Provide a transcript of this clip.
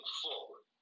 forward